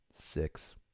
six